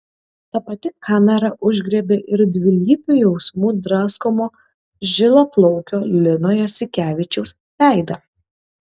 ta pati kamera užgriebė ir dvilypių jausmų draskomo žilaplaukio lino jasikevičiaus veidą